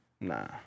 Nah